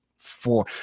four